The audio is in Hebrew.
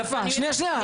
יפה, שנייה, שנייה.